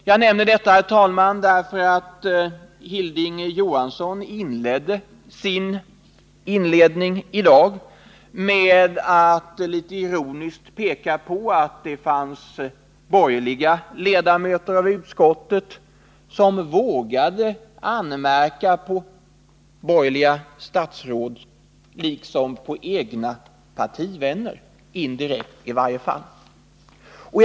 Jag nämner detta, herr talman, därför att Hilding Johansson började sitt inledningsanförande i dag med att litet ironiskt peka på att det fanns borgerliga ledamöter .av konstitutionsutskottet som vågade anmärka på borgerliga statsråd liksom på egna partivänner, i varje fall indirekt.